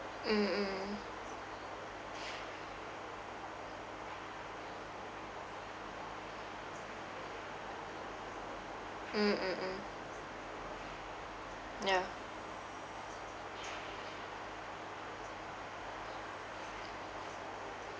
mm mm mm mm mm mm ya